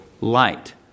light